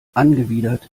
angewidert